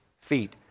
feet